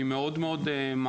אני מאוד מעריך,